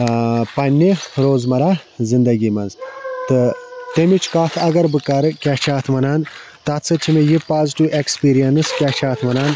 پنٛنہِ روزمراہ زِندَگی مَنٛز تہٕ تمِچ کتھ اگر بہٕ کَرٕ کیاہ چھِ اتھ وَنان تَتھ سۭتۍ چھِ مےٚ یہِ پازِٹِو ایٚکٕسپیٖرینٕس کیاہ چھِ اتھ وَنان